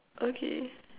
okay